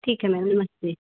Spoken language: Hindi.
ठीक है मैम नमस्ते